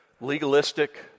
legalistic